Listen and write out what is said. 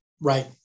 Right